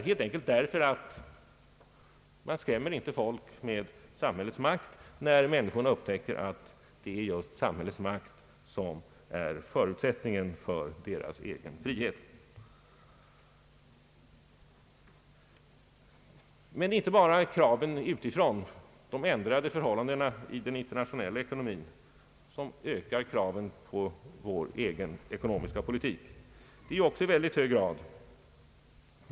Man skrämmer helt enkelt inte människorna med samhällets makt, när de upptäcker att det är samhällets makt som är förutsättningen för deras egen frihet. Men det är inte bara kraven utifrån, de ändrade förutsättningarna i den internationella ekonomin, som ökar kraven på vår egen ekonomiska politik.